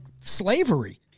slavery